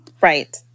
Right